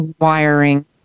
wiring